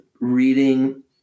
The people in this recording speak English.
reading